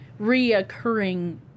reoccurring